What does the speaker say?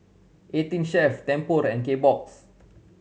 Eighteen Chef Tempur and Kbox